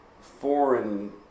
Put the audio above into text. foreign